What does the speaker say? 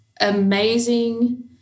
amazing